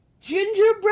Gingerbread